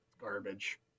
Garbage